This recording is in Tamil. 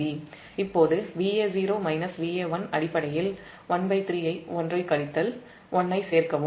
இப்போது Va0 Va1 அடிப்படையில் 13 1 ஐக் கழித்து 1 ஐச் சேர்க்கவும்